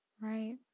Right